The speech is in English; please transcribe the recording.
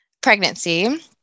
pregnancy